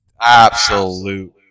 Absolute